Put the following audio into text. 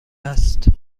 است